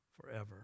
forever